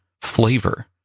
flavor